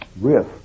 riff